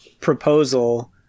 proposal